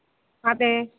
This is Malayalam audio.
അതേ